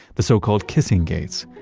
the so-called kissing gates,